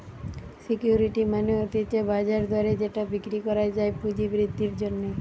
security মানে হতিছে বাজার দরে যেটা বিক্রি করা যায় পুঁজি বৃদ্ধির জন্যে